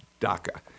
DACA